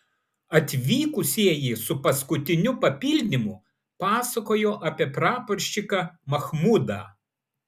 atvykusieji su paskutiniu papildymu pasakojo apie praporščiką machmudą